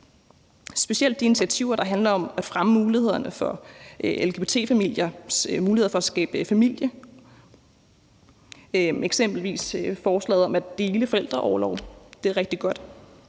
specielt de initiativer, der handler om at fremme mulighederne for lgbt-familier for at skabe familie, og det gælder eksempelvis forslaget om at dele forældreorlov. Det er rigtig godt.